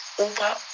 over